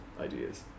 ideas